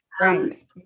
Right